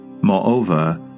Moreover